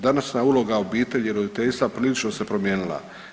Današnja uloga obitelji i roditeljstva prilično se promijenila.